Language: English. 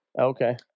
Okay